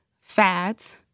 fads